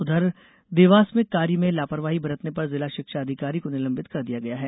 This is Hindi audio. उधर देवास में कार्य में लापरवाही बरतने पर जिला शिक्षा अधिकारी को निलंबित कर दिया गया है